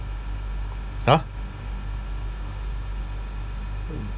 !huh!